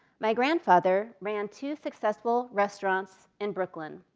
my grandfather ran two successful restaurants in brooklyn.